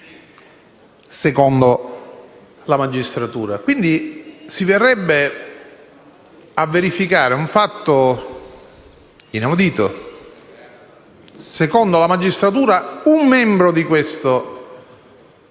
secondo la magistratura. Quindi, si verrebbe a verificare un fatto inaudito: secondo la magistratura un membro del Senato